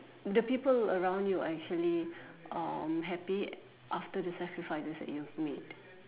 the people around you are actually um happy after the sacrifices that you have made